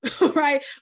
right